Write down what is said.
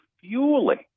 fueling